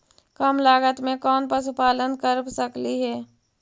कम लागत में कौन पशुपालन कर सकली हे?